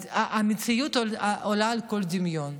המציאות עולה על כל דמיון.